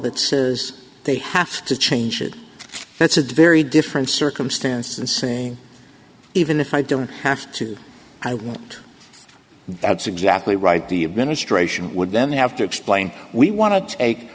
that says they have to change it that's a very different circumstance and saying even if i don't have to i want that's exactly right the of ministration would then have to explain we want to take